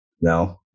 No